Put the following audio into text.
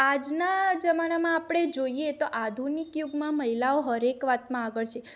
આજના જમનામાં આપણે જોઈએ તો આધુનિક યુગમાં મહિલાઓ હર એક વાતમાં આગળ છે